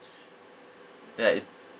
then like it